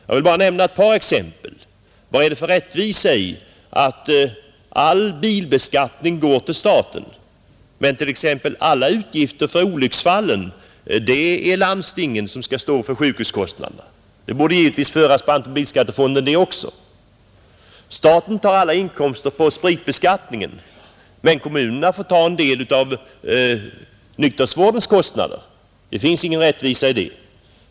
Jag vill bara ge ett par exempel: Vad är det för rättvisa i att alla bilskattemedel går till staten medan landstingen skall stå för alla sjukhuskostnader i samband med olycksfallen? Också de utgifterna borde givetvis föras på automobilskattefonden. Staten tar alla inkomster från spritbeskattningen, men kommunerna får bära en del av kostnaderna för nykterhetsvården. Det finns ingen rättvisa i det.